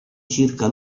circa